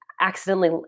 accidentally